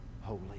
holy